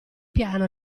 piano